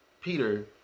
Peter